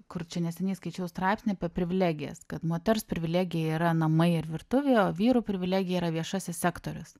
kur čia neseniai skaičiau straipsnį apie privilegijas kad moters privilegija yra namai ir virtuvė o vyrų privilegija yra viešasis sektorius